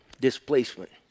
Displacement